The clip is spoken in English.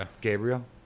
Gabriel